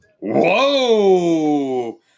Whoa